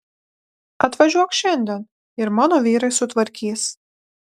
atvažiuok šiandien ir mano vyrai sutvarkys